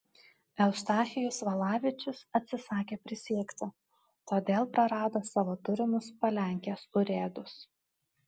eustachijus valavičius atsisakė prisiekti todėl prarado savo turimus palenkės urėdus